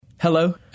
Hello